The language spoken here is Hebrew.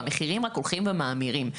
והמחירים רק הולכים ומאמירים.